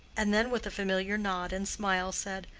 and then with a familiar nod and smile, said,